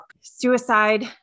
suicide